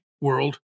world